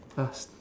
ah